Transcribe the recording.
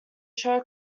show